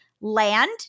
Land